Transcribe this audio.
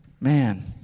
Man